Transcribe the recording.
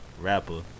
rapper